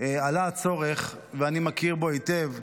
עלה הצורך, ואני מכיר בו היטב.